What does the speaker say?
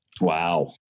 wow